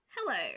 Hello